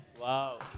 Wow